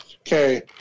Okay